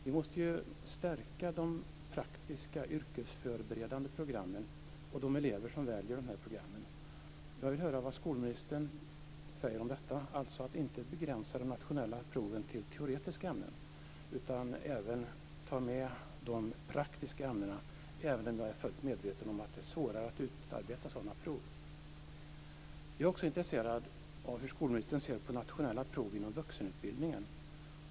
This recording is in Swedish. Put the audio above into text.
Vi måste stärka de praktiska yrkesförberedande programmen och de elever som väljer dessa program. Jag vill höra vad skolministern säger om detta, dvs. om att inte begränsa de nationella proven till teoretiska ämnen utan även ta med de praktiska ämnena, trots att jag är fullt medveten om att det är svårare att utarbeta sådana prov. Jag är också intresserad av hur skolministern ser på nationella prov inom vuxenutbildningen.